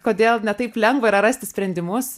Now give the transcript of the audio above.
kodėl ne taip lengva yra rasti sprendimus